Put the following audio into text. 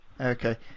Okay